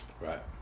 Right